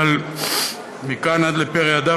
אבל מכאן ועד ל"פרא אדם",